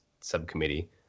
Subcommittee